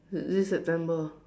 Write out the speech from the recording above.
this September